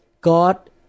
God